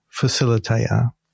facilitator